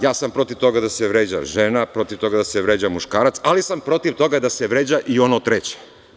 Ja sam protiv toga da se vređa žena, da se vređa muškarac, ali sam protiv toga da se vređa i ono treće.